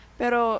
pero